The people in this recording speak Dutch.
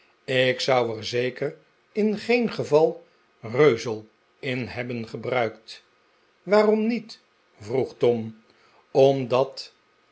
tk zou er zeker in geen geval reuzel in hebben gebruikt waarom niet vroeg tom omdat